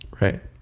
Right